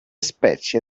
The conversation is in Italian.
specie